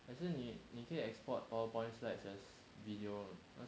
还是你你可以 export power points as video